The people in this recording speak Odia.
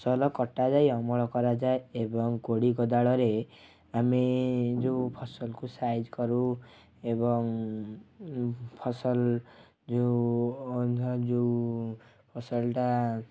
ଫସଲ କଟାଯାଇ ଅମଳ କରାଯାଏ ଏବଂ କୋଡ଼ି କୋଦାଳରେ ଆମେ ଯେଉଁ ଫସଲକୁ ସାଇଜ୍ କରୁ ଏବଂ ଫସଲ ଯେଉଁ ଧ ଯେଉଁ ଫସଲଟା